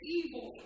evil